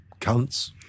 cunts